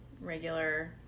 regular